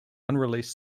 unreleased